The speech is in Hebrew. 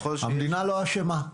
המדינה לא אשמה.